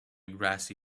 grassy